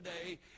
today